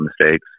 mistakes